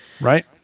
Right